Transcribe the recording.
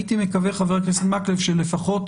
הייתי מקווה, חבר הכנסת מקלב, שלפחות